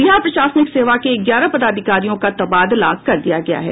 बिहार प्रशासनिक सेवा के ग्यारह पदाधिकारियों का दबादला कर दिया गया है